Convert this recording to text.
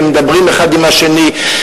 איך הם מדברים האחד עם השני.